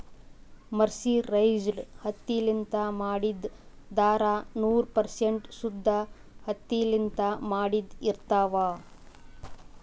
mercerized ಹತ್ತಿಲಿಂತ್ ಮಾಡಿದ್ದ್ ಧಾರಾ ನೂರ್ ಪರ್ಸೆಂಟ್ ಶುದ್ದ್ ಹತ್ತಿಲಿಂತ್ ಮಾಡಿದ್ದ್ ಇರ್ತಾವ್